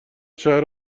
شهر